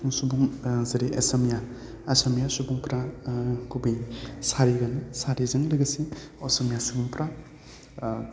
सुबुं जेरै एसामिया आसामिया सुबुंफ्रा गुबैयै सारिगोन सारिजों लोगोसे असमिया सुबुंफ्रा